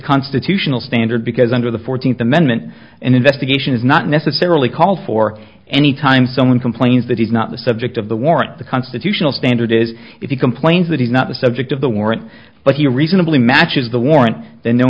constitutional standard because under the fourteenth amendment an investigation is not necessarily called for anytime someone complains that he's not the subject of the warrant the constitutional standard is if he complains that he's not the subject of the warrant but he reasonably matches the warrant the new